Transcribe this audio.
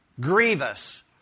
Grievous